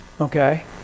Okay